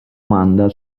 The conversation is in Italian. amanda